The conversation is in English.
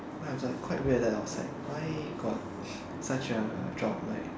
I was like quite weird leh I was like why got such a job like